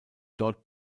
dort